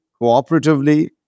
cooperatively